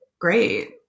great